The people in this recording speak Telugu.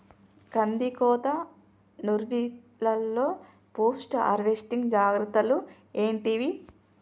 కందికోత నుర్పిల్లలో పోస్ట్ హార్వెస్టింగ్ జాగ్రత్తలు ఏంటివి?